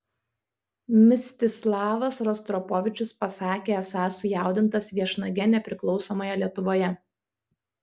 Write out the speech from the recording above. mstislavas rostropovičius pasakė esąs sujaudintas viešnage nepriklausomoje lietuvoje